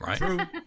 Right